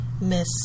Miss